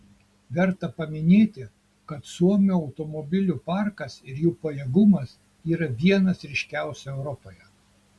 verta paminėti kad suomių automobilių parkas ir jų pajėgumas yra vienas ryškiausių europoje